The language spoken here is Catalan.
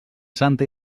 santa